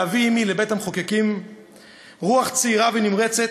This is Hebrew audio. להביא עמי לבית-המחוקקים רוח צעירה ונמרצת,